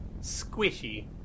squishy